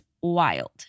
wild